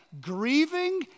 Grieving